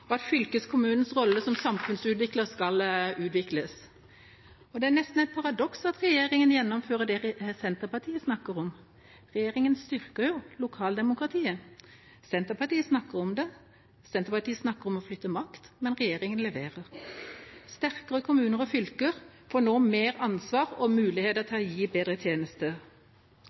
og at fylkeskommunens rolle som samfunnsutvikler skal utvikles. Det er nesten et paradoks at regjeringa gjennomfører det Senterpartiet snakker om – regjeringa styrker jo lokaldemokratiet. Senterpartiet snakker om det, Senterpartiet snakker om å flytte makt, men regjeringa leverer. Sterkere kommuner og fylker får nå mer ansvar og muligheter til å gi bedre tjenester.